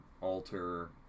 alter